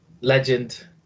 legend